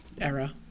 Era